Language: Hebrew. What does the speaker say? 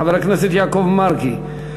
חבר הכנסת יעקב מרגי.